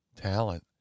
talent